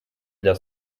для